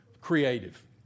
creative